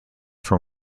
from